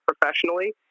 professionally